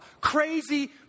Crazy